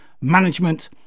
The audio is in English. Management